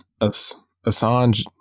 Assange